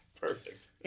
Perfect